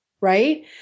right